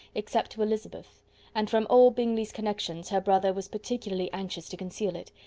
except to elizabeth and from all bingley's connections her brother was particularly anxious to conceal it,